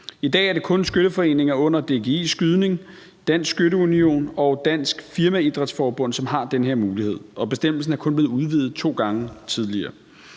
I dag er det kun skytteforeninger under DGI Skydning, Dansk Skytte Union og Dansk Firmaidræt, som har den her mulighed, og bestemmelsen er kun blevet udvidet to gange tidligere.